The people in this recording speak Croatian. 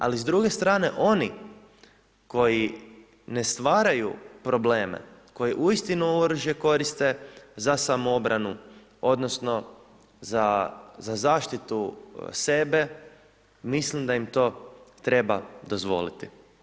Ali s druge strane oni koji ne stvaraju probleme, koji uistinu oružje koriste za samoobranu, odnosno za zaštitu sebe, mislim da im to treba dozvoliti.